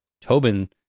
Tobin